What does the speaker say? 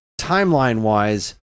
timeline-wise